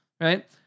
right